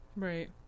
Right